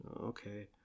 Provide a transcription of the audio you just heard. okay